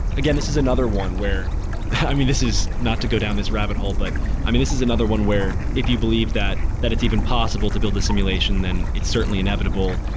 again, this is another one where i mean, this is not to go down this rabbit hole, but i mean, this is another one where if you believe that that it's even possible to build a simulation, then it's certainly inevitable.